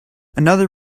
another